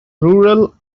rural